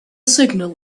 signal